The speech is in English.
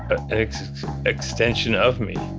an extension of me.